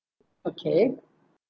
okay